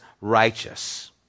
righteous